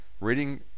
reading